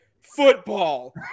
Football